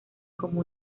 como